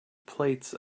plates